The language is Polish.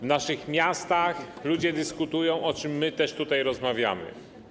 W naszych miastach ludzie dyskutują o tym, o czym my też tutaj rozmawiamy.